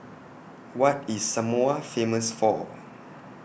What IS Samoa Famous For